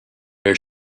are